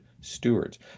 stewards